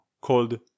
called